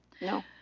No